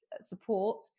support